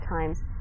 times